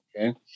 Okay